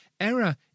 error